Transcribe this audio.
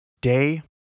Day